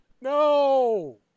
No